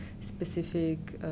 specific